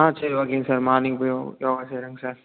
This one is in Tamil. ஆ சரி ஓகேங்க சார் மார்னிங் போய் யோகா செய்கிறேங் சார்